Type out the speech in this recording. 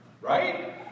Right